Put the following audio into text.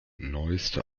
neueste